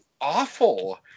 awful